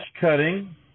cutting